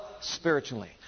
spiritually